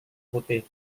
putih